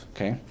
Okay